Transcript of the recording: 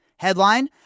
Headline